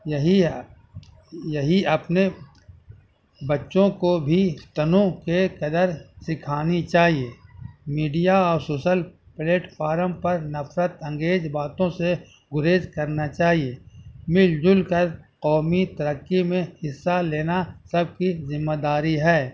یہی یا یہی اپنے بچوں کو بھی تنوع کے قدر سکھانی چاہیے میڈیا اور سوسل پلیٹفارم پر نفرت انگیز باتوں سے گریز کرنا چاہیے مل جل کر قومی ترقی میں حصہ لینا سب کی ذمہ داری ہے